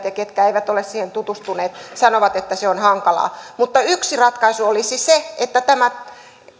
ja jotka eivät ole siihen tutustuneet sanovat että se on hankalaa mutta yksi ratkaisu olisi se että tämä